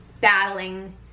battling